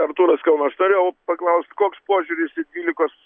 artūras kauno aš norėjau paklaust koks požiūris į dvylikos